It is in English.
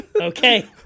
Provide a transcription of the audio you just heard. Okay